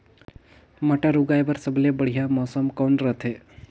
मटर उगाय बर सबले बढ़िया कौन मौसम रथे?